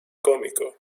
cómico